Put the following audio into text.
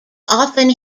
often